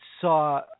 saw